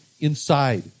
inside